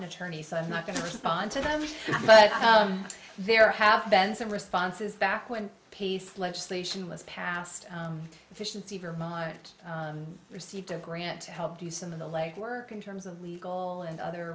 an attorney so i'm not going to respond to that but there have been some responses back when peace legislation was passed efficiency vermont received a grant to help do some of the legwork in terms of legal and other